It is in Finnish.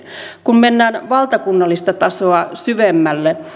kun mennään valtakunnallista tasoa syvemmälle